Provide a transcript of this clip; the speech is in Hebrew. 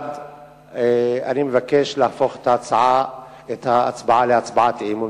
אני מבקש להפוך את ההצבעה להצבעת אי-אמון.